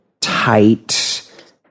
tight